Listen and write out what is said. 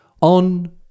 on